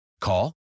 Call